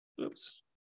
Oops